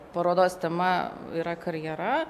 parodos tema yra karjera